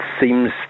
seems